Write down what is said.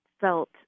felt